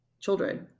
children